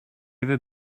ever